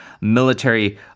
military